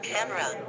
Camera